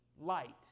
light